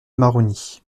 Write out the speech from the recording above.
maroni